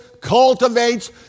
cultivates